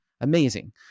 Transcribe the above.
Amazing